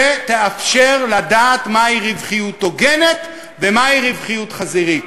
שתאפשר לדעת מהי רווחיות הוגנת ומהי רווחיות חזירית.